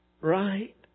right